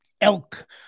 elk